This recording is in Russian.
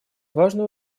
важную